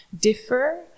differ